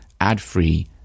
ad-free